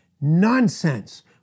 nonsense